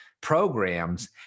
programs